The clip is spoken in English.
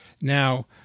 now